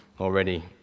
already